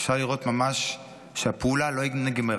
אפשר לראות ממש שהפעולה לא נגמרה,